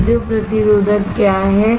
piezo प्रतिरोधक क्या है